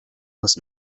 les